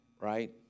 right